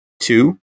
Two